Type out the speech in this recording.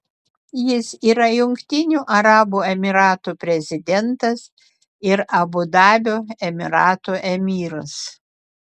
jis yra jungtinių arabų emyratų prezidentas ir abu dabio emyrato emyras